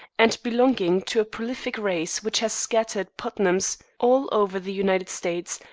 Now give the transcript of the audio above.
and belonging to a prolific race which has scattered putnams all over the united states,